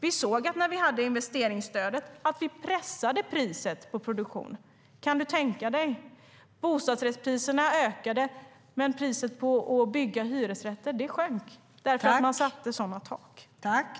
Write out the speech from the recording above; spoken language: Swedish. Vi såg att vi pressade priset på produktionen när vi hade investeringsstödet. Kan du tänka dig - bostadsrättspriserna ökade, men kostnaden för att bygga hyresrätter sjönk eftersom man satte upp sådana tak.